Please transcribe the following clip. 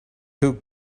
took